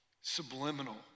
subliminal